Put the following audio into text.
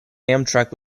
amtrak